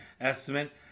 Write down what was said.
estimate